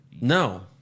No